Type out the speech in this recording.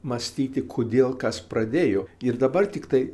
mąstyti kodėl kas pradėjo ir dabar tiktai